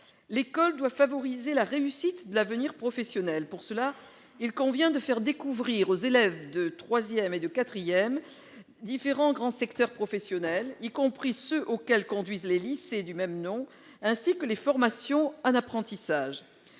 L'école doit favoriser la réussite de l'avenir professionnel. Pour cela, il convient de faire découvrir aux élèves de troisième et de quatrième différents grands secteurs professionnels, y compris ceux auxquels conduisent les lycées du même nom, ainsi que les formations en apprentissage